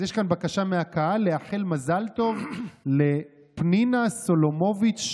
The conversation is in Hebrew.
אז יש כאן בקשה מהצופים לאחל מזל טוב לפנינה סולומוביץ,